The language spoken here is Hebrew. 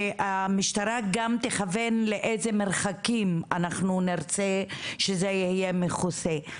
שהמשטרה גם תכוון לאיזה מרחקים אנחנו נרצה שזה יהיה מכוסה.